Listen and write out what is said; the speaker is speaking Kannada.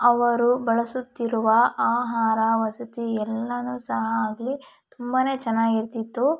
ಅವರು ಬಳಸುತ್ತಿರುವ ಆಹಾರ ವಸತಿ ಎಲ್ಲವೂ ಸಹ ಆಗಲಿ ತುಂಬಾನೇ ಚೆನ್ನಾಗಿರ್ತಿತ್ತು